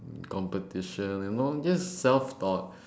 competition and all I'm all just self taught